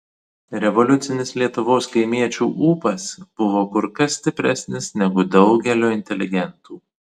revoliucinis lietuvos kaimiečių ūpas buvo kur kas stipresnis negu daugelio inteligentų